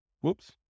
Whoops